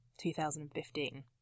2015